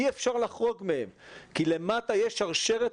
אי אפשר לחרוג מהם כי למטה יש שרשרת